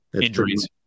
injuries